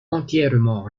entièrement